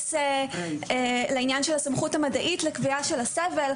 התייחס לענין של הסמכות המדעית לקביעה של הסבל,